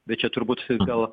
bet čia turbūt gal